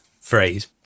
phrase